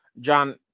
John